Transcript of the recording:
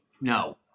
no